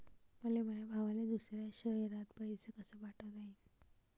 मले माया भावाले दुसऱ्या शयरात पैसे कसे पाठवता येईन?